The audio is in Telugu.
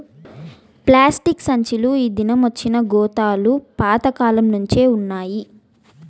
ప్లాస్టిక్ సంచీలు ఈ దినమొచ్చినా గోతాలు పాత కాలంనుంచే వుండాయి